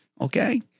okay